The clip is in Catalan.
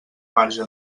marge